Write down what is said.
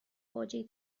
باجه